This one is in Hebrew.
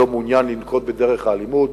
לא מעוניין לנקוט את דרך האלימות.